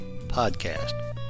podcast